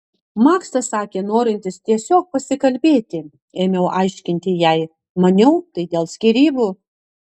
maksas sakė norintis tiesiog pasikalbėti ėmiau aiškinti jai maniau tai dėl skyrybų